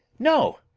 no!